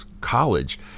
college